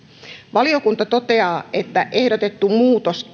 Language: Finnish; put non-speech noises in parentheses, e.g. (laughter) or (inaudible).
valiokunta toteaa että ehdotettu muutos (unintelligible)